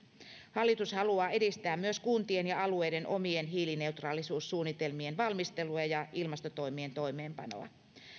hallitus haluaa edistää myös kuntien ja alueiden omien hiilineutraalisuussuunnitelmien valmistelua ja ja ilmastotoimien toimeenpanoa